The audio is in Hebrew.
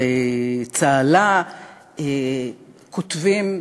בצהלה כותבים: